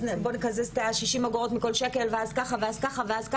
אז בואו נקזז את 60 אגורות מכל שקל ואז ככה ואז ככה ואז ככה,